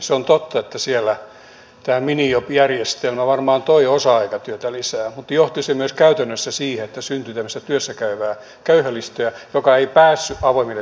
se on totta että siellä tämä minijob järjestelmä varmaan toi osa aikatyötä lisää mutta johti se myös käytännössä siihen että syntyi tämmöistä työssä käyvää köyhälistöä joka ei päässyt avoimille työmarkkinoille